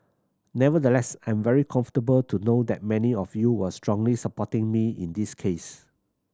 nevertheless I'm very comfortable to know that many of you were strongly supporting me in this case